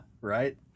Right